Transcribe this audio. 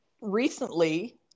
recently